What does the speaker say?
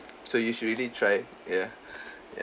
so you should really try ya